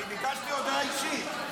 אני ביקשתי הודעה אישית.